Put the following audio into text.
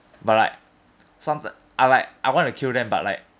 but like somet~ I like I want to kill them but like